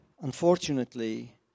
Unfortunately